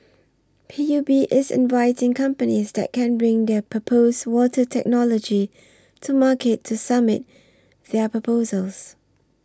P U B is inviting companies that can bring their proposed water technology to market to submit their proposals